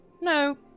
No